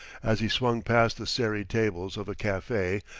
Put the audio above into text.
as he swung past the serried tables of a cafe,